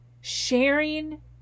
Sharing